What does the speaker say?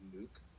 Luke